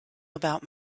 about